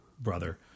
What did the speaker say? brother